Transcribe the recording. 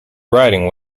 riding